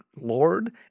Lord